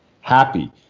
happy